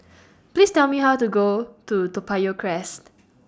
Please Tell Me How to Go to Toa Payoh Crest